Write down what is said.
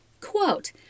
Quote